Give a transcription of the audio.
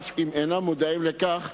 אף אם אינם מודעים לכך,